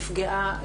נפגעה,